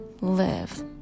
live